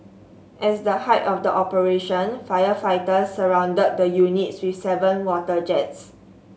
at the height of the operation firefighters surrounded the units with seven water jets